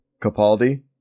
Capaldi